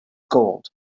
gold